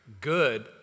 good